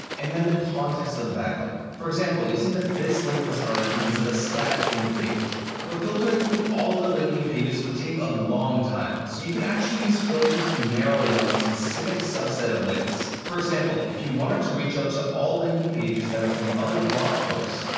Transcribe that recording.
and then the context of the backlink. for example, you'll see that this link was earned because of a stat from the page. but filtering through all of the linking pages would take a long time. so you can actually use filters to narrow in on a specific subset of links. for example, if you wanted to reach out to all linking pages that are from other blog posts,